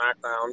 SmackDown